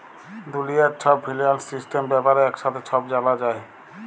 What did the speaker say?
দুলিয়ার ছব financial system ব্যাপারে একসাথে ছব জালা যায়